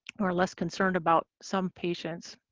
or less concerned about some patients.